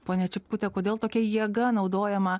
ponia čipkute kodėl tokia jėga naudojama